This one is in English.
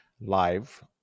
live